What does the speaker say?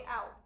out